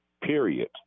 period